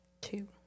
Two